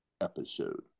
episode